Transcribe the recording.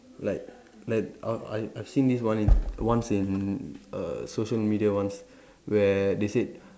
like like I I I've seen this one in once in err social media once where they said